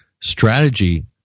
strategy